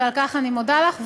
ועל כך אני מודה לך,